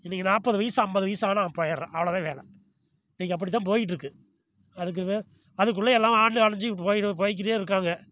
இன்னைக்கு நாற்பது வயசு ஐம்பது வயசு ஆனால் போயிடுறான் அவ்வளோ தான் வேலை இன்னைக்கு அப்படி தான் போயிகிட்ருக்கு அதுக்கு வே அதுக்குள்ள எல்லாம் ஆண்டு அழிஞ்சு போய்னு போய்க்கிட்டே இருக்காங்கள்